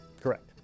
Correct